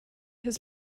his